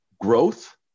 growth